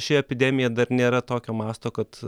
ši epidemija dar nėra tokio masto kad